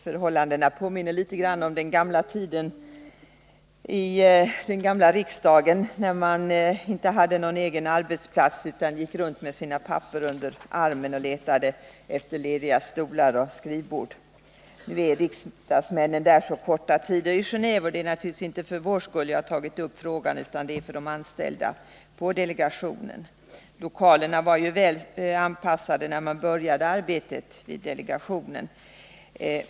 Förhållandena påminner litet om tiden i den gamla riksdagen, när man inte hade någon egen arbetsplats utan gick runt med papper under armen och letade efter lediga stolar och skrivbord. Riksdagsmännen är i Gendve under korta tider, och det är naturligtvis inte för vår skull jag har tagit upp frågan, utan det är för de anställda vid delegationen. Lokalerna var väl anpassade när man började arbetet vid delegationen.